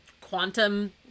Quantum